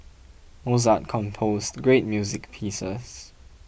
Mozart composed great music pieces